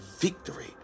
victory